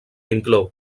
inclou